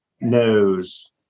knows